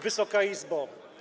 Wysoka Izbo!